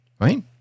right